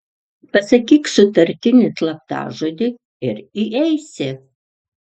pasakyk sutartinį slaptažodį ir įeisi